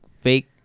fake